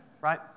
right